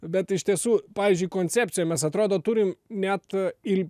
bet iš tiesų pavyzdžiui koncepcijoj mes atrodo turim net a il